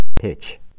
Pitch